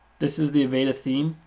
this is the avada theme.